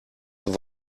του